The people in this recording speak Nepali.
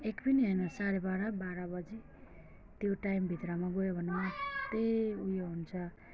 एक पनि होइन साढे बाह्र बाह्र बजी त्यो टाइमभित्रमा गयो भने त्यही उयो हुन्छ